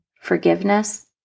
forgiveness